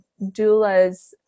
doulas